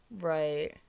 Right